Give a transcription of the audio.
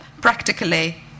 practically